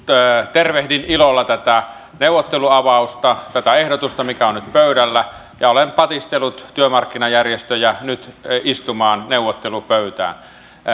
tervehdin ilolla tätä neuvotteluavausta tätä ehdotusta mikä on nyt pöydällä ja olen patistellut työmarkkinajärjestöjä nyt istumaan neuvottelupöytään